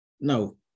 No